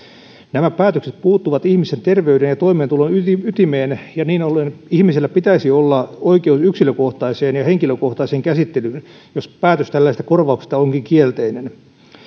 nämä päätökset puuttuvat ihmisen terveyden ja toimeentulon ytimeen ja niin ollen ihmisellä pitäisi olla oikeus yksilökohtaiseen ja henkilökohtaiseen käsittelyyn jos päätös tällaisesta korvauksesta onkin kielteinen